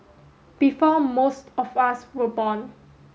before most of us were born